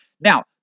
Now